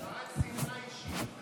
הודעת שנאה אישית.